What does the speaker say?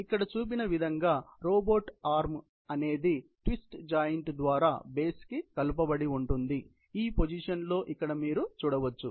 ఇక్కడ చూపిన విధంగా రోబోట్ ఆర్మ్ అనేది ట్విస్ట్ జాయింట్ ద్వారా బేస్ కి కలుపబడి ఉంటుంది ఈ పొజిషన్ లో ఇక్కడ మీరు చూడవచ్చు